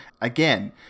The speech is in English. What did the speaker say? again